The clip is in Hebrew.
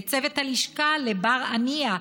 לצוות הלשכה: לבר עניא,